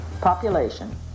population